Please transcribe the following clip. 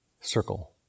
circle